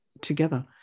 together